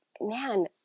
man